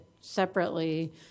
separately